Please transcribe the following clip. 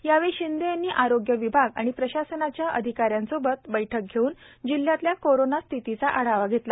यावेळ शिंदे यांनी आरोग्य विभाग आणि प्रशासनाच्या अधिकाऱ्यांसोबत बैठक घेऊन जिल्ह्यातल्या कोरोना स्थितीचा आढावा घेतला